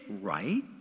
right